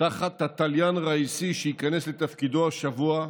תחת התליין ראיסי, שייכנס לתפקידו השבוע,